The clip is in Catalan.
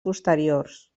posteriors